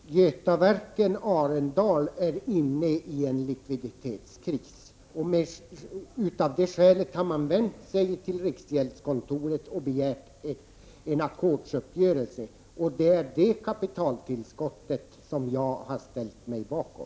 Herr talman! Götaverken Arendal är inne i en likviditetskris. Av det skälet har företaget vänt sig till riksgäldskontoret och begärt en ackordsuppgörelse. Det är detta kapitaltillskott som jag har ställt mig bakom.